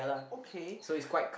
okay